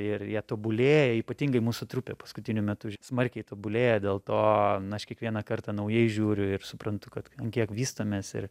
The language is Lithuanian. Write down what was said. ir jie tobulėja ypatingai mūsų trupė paskutiniu metu smarkiai tobulėja dėl to na aš kiekvieną kartą naujai žiūriu ir suprantu kad kiek vystomės ir